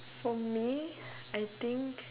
for me I think